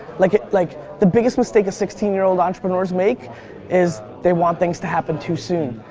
like like the biggest mistake a sixteen year old entrepreneurs make is they want things to happen too soon.